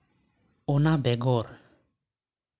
ᱚᱱᱟ ᱵᱮᱜᱚᱨ